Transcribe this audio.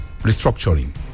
restructuring